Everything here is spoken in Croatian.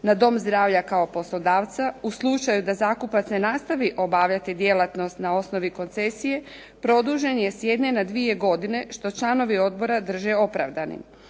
na dom zdravlja kao poslodavca u slučaju da zakupac ne nastavi obavljati djelatnost na osnovi koncesije produžen je s jedne na dvije godine što članovi odbora drže opravdanim.